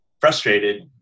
frustrated